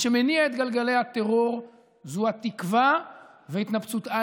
מה שמניע את גלגלי הטרור זו התקווה והתנפצותה